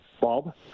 Bob